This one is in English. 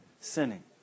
sinning